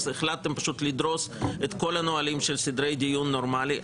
אז החלטתם פשוט לדרוס את כל הנהלים של סדרי דיון נורמלי.